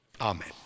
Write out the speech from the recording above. amen